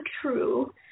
true